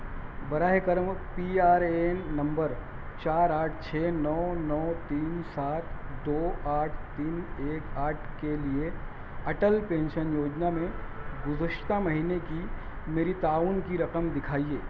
برائے کرم P R A N نمبر چار آٹھ چھ نو نو تین سات دو آٹھ تین ایک آٹھ کے لیے اٹل پینشن یوجنا میں گذشتہ مہینے کی میری تعاون کی رقم دکھائیے